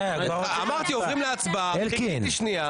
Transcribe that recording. --- אמרתי "עוברים להצבעה", חיכיתי שנייה.